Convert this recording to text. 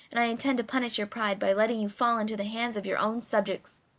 and i intend to punish your pride by letting you fall into the hands of your own subjects.